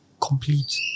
complete